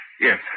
Yes